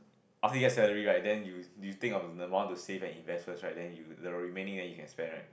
after you get salary right then you you think of amount to save and invest first right then you the remaining then you can spend right